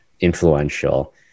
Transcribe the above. influential